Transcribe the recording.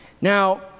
Now